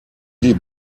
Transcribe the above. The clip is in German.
die